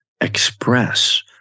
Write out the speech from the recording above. express